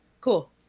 cool